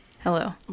Hello